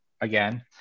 again